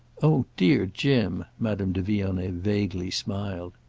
oh dear jim! madame de vionnet vaguely smiled.